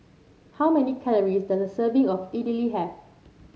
how many calories does a serving of Idili have